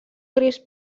gris